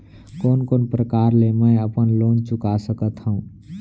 कोन कोन प्रकार ले मैं अपन लोन चुका सकत हँव?